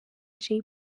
jay